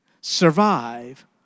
survive